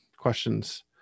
questions